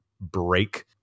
break